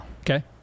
Okay